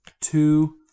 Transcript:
two